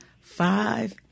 five